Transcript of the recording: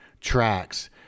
tracks